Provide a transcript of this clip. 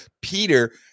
Peter